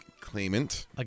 claimant